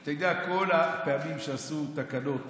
כי כל הפעמים שעשו תקנות